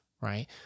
right